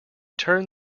turned